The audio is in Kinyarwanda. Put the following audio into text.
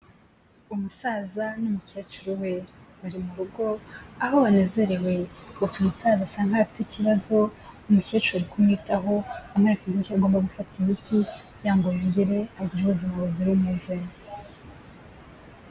Umusaza n'umukecuru we bari mu rugo aho banezerewe gusa umusaza asa nk'aho afite ikibazo, umukecuru ari kumwitaho amwereka uburyo agomba gufata imiti kugira ngo yongere agire ubuzima buzira umuze .